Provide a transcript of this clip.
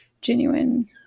genuine